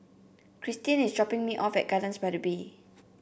Christine is dropping me off at Gardens by the Bay